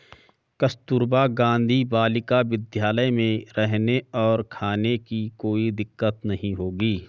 कस्तूरबा गांधी बालिका विद्यालय में रहने और खाने की कोई दिक्कत नहीं होगी